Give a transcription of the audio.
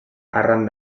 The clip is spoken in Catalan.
arran